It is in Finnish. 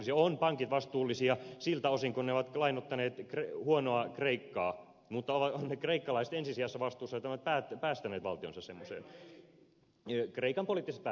ovat pankit vastuullisia siltä osin kuin ne ovat lainottaneet huonoa kreikkaa mutta ovat ne kreikkalaiset ensi sijassa vastuussa siitä että ovat päästäneet valtionsa semmoiseen